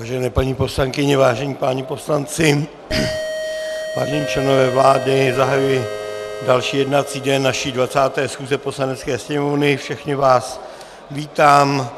Vážené paní poslankyně, vážení páni poslanci, vážení členové vlády, zahajuji další jednací den naší 20. schůze Poslanecké sněmovny, všechny vás vítám.